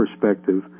perspective